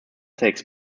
takes